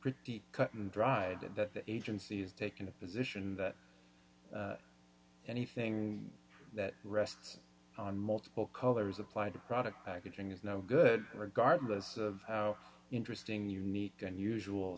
pretty cut and dried that agency is taking the position that anything that rests on multiple colors applied to product packaging is no good regardless of how interesting unique unusual